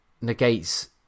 negates